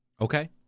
okay